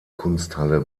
kunsthalle